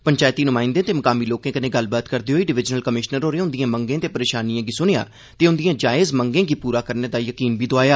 पंचैती नुमाइंदें ते मुकामी लोकें कन्नै गल्लबात करदे होई डिवीजनल कमिशनर होरें उंदिएं मंगें ते परेशानिएं गी सुनेआ ते उंदिएं जायज मंगे गी पूरा करने दा यकीन बी दोआया